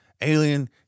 alien